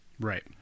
right